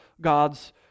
God's